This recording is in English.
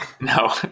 no